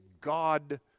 God